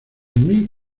muy